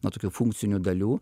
na tokių funkcinių dalių